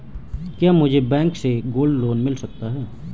क्या मुझे बैंक से गोल्ड लोंन मिल सकता है?